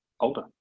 older